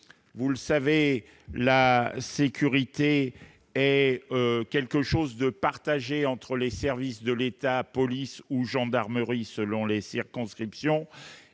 vous le savez, la sécurité est quelque chose de partagé entre les services de l'État, police ou gendarmerie selon les circonscriptions